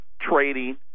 trading